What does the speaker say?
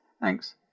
thanks